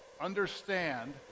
Understand